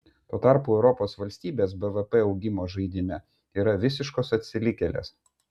tuo tarpu europos valstybės bvp augimo žaidime yra visiškos atsilikėlės